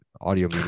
audio